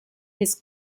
his